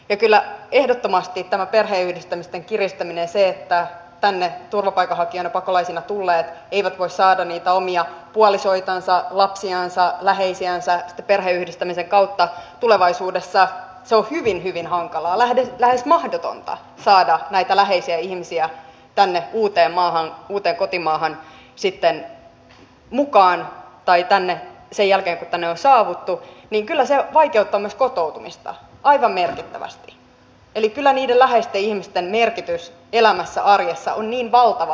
ja kyllä ehdottomasti tämä perheenyhdistämisten kiristäminen se että tänne turvapaikanhakijoina pakolaisina tulleet eivät voi saada niitä omia puolisoitansa lapsiansa läheisiänsä sitten perheenyhdistämisen kautta tulevaisuudessa on hyvin hyvin hankalaa lähes mahdotonta saada näitä läheisiä ihmisiä tänne uuteen kotimaahan mukaan tai sen jälkeen kun tänne on saavuttu vaikeuttaa myös kotoutumista aivan merkittävästi kyllä niiden läheisten ihmisten merkitys elämässä arjessa on niin valtava